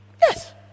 Yes